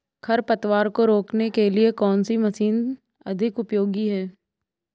खरपतवार को रोकने के लिए कौन सी मशीन अधिक उपयोगी है?